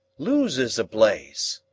lewes is ablaze!